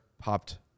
popped